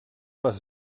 les